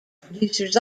producers